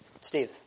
Steve